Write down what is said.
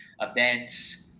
events